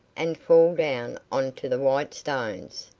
and fall down onto the white stones,